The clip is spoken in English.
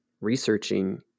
researching